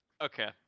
Okay